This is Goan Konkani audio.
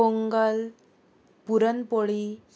पोंगल पुरनपोळी